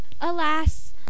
Alas